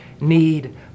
need